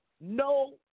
no